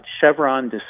Chevron